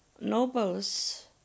nobles